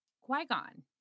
Qui-Gon